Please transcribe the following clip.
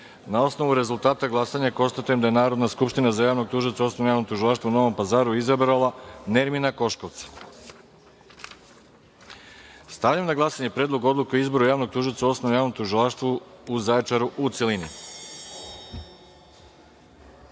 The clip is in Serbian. osnovu rezultata glasanja, konstatujem da je Narodna skupština za javnog tužioca u Osnovnom javnom tužilaštvu u Novom Pazaru izabrala Nermina Koškovca. Stavljam na glasanje Predlog odluke o izboru javnog tužioca u Osnovnom javnom tužilaštvu u Zaječaru, u celini. Molim